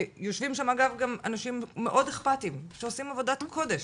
שיושבים שם אגב אנשים מאוד אכפתיים שעושים עבודת קודש,